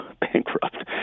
bankrupt